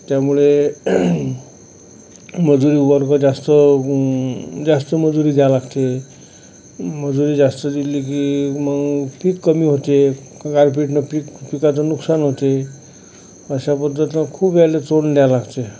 त्यामुळे मजुरी वर्ग जास्त जास्त मजुरी द्यावे लागते मजुरी जास्त दिली की मग पीक कमी होते गारपीटला पीक पिकाचे नुकसान होते अशा प्रकारचे खूप सोडून द्यावे लागते